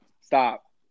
stop